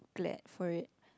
glad for it